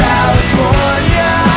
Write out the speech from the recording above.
California